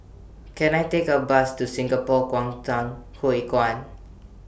Can I Take A Bus to Singapore Kwangtung Hui Kuan